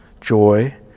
joy